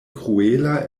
kruela